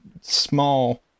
small